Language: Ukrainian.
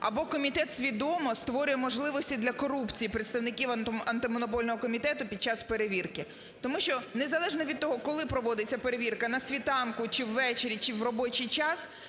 або комітет свідомо створює можливості для корупції представників Антимонопольного комітету під час перевірки. Тому що незалежно від того, коли проводиться перевірка на світанку чи ввечері, чи в робочий час,